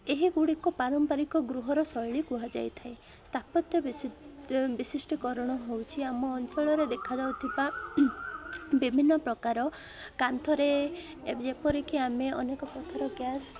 ଏହି ଗୁଡ଼ିକ ପାରମ୍ପାରିକ ଗୃହର ଶୈଳୀ କୁହାଯାଇ ଥାଏ ସ୍ଥାପତ୍ୟ ବିଶି ବିଶିଷ୍ଟିକରଣ ହେଉଛିି ଆମ ଅଞ୍ଚଳରେ ଦେଖାଯାଉଥିବା ବିଭିନ୍ନ ପ୍ରକାର କାନ୍ଥରେ ଯେପରିକି ଆମେ ଅନେକ ପ୍ରକାର ଗ୍ୟାସ୍